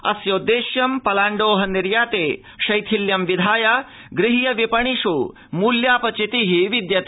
अस्योदेश्य पलाण्डो निर्याते शैथिल्यं विधाय गृह्धविपणिष् मूल्यापचिति वर्तते